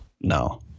No